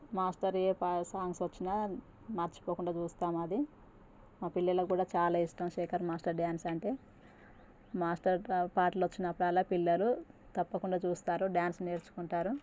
master ఏ songs వచ్చినా మరచిపోకుండా చూస్తాము అది మా పిల్లలకి కూడా చాలా ఇష్టం శేఖర్ మాస్టర్ డాన్స్ అంటే మాస్టర్ పాటలు వచ్చినపుడల్లా పిల్లలు తప్పకుండా చూస్తారు డాన్స్ నేర్చుకుంటారు